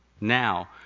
now